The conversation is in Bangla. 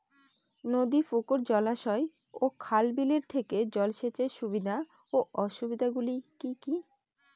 নদী পুকুর জলাশয় ও খাল বিলের থেকে জল সেচের সুবিধা ও অসুবিধা গুলি কি কি?